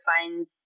find